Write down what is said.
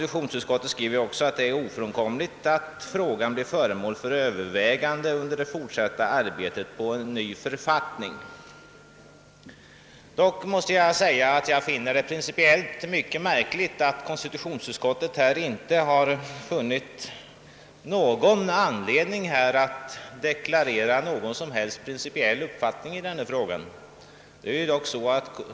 Utskottet skriver vidare: »Det är ofrånkomligt att frågan blir föremål för övervägande under det fortsatta arbetet på en ny författning, vilket numera pågår genom grundlagberedningen.» Jag finner det emellertid märkligt att konstitutionsutskottet inte funnit anledning att deklarera någon som helst prin cipiell uppfattning i denna fråga.